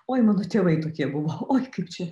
oi mano tėvai tokie buvo oi kaip čia